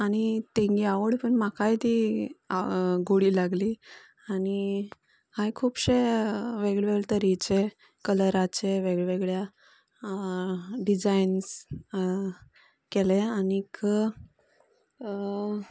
आनी तेंगे आवड म्हाकाय ती गोडी लागली आनी हाये खूबशें वेगळें वेगळें तरेचे कलराचे वेगवेगळ्या डिजायन्स केल्या आनीक